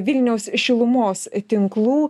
vilniaus šilumos tinklų